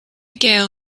gael